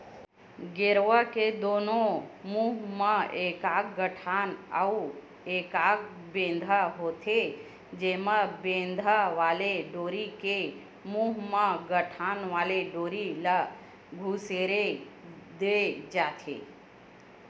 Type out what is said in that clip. गेरवा के दूनों मुहूँ म एकाक गठान अउ एकाक बेंधा होथे, जेन बेंधा वाले डोरी के मुहूँ म गठान वाले डोरी ल खुसेर दे जाथे